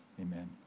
Amen